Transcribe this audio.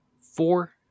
four